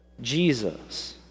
jesus